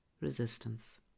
resistance